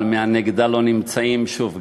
אבל מהנגדה לא נמצאים שוב,